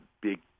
big